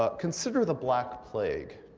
ah consider the black plague.